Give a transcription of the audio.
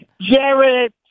Jared